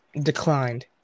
declined